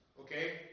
Okay